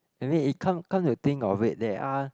and then it come come to think of it they are